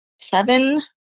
seven